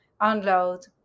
unload